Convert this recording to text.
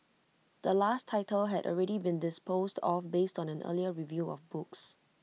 the last title had already been disposed off based on an earlier review of books